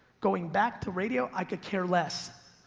going back to radio, i could care less.